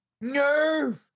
nerve